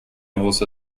also